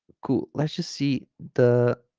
cool let's just see the